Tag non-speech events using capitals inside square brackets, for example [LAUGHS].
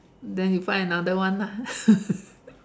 then you find another one lah [LAUGHS]